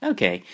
Okay